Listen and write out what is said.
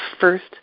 first